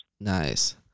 Nice